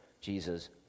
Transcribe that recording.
Jesus